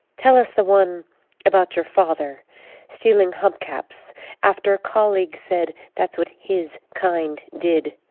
tell us the one about your father stealing hubcaps after a colleague said that's what his kind did.